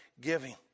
giving